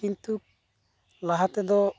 ᱠᱤᱱᱛᱩ ᱞᱟᱦᱟᱛᱮ ᱫᱚ